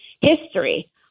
history